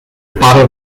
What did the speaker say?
pare